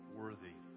worthy